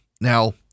Now